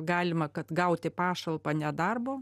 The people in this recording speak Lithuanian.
galima kad gauti pašalpą nedarbo